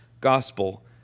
gospel